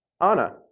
Anna